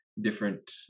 different